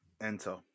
Enter